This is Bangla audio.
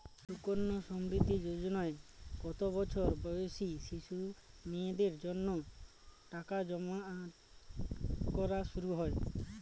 সুকন্যা সমৃদ্ধি যোজনায় কত বছর বয়সী শিশু মেয়েদের জন্য টাকা জমা করা শুরু হয়?